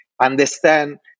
understand